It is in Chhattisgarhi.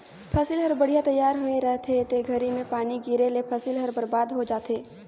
फसिल हर बड़िहा तइयार होए रहथे ते घरी में पानी गिरे ले फसिल हर बरबाद होय जाथे